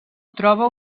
troba